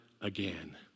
again